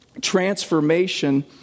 transformation